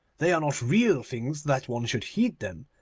they are not real things that one should heed them.